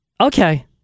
Okay